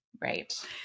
right